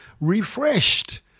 refreshed